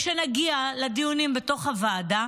כשנגיע לדיונים בתוך הוועדה,